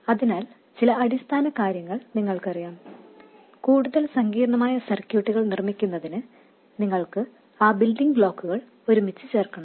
അതിനാൽ ചില അടിസ്ഥാന കാര്യങ്ങൾ നിങ്ങൾക്കറിയാം കൂടുതൽ സങ്കീർണ്ണമായ സർക്യൂട്ടുകൾ നിർമ്മിക്കുന്നതിന് നിങ്ങൾ ആ ബിൽഡിംഗ് ബ്ലോക്കുകൾ ഒരുമിച്ച് ചേർക്കുന്നു